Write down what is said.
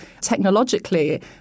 technologically